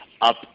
up